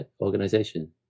organization